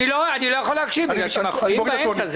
אני לא יכול להקשיב כי מפריעים באמצע.